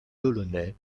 delaunay